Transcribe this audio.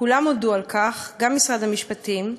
כולם הודו בכך, גם משרד המשפטים,